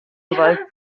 gewalt